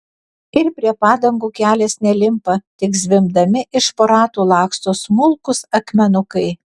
ir prie padangų kelias nelimpa tik zvimbdami iš po ratų laksto smulkūs akmenukai